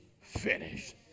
finished